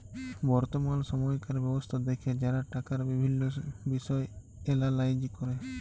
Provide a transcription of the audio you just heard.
বর্তমাল সময়কার ব্যবস্থা দ্যাখে যারা টাকার বিভিল্ল্য বিষয় এলালাইজ ক্যরে